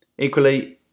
Equally